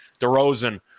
DeRozan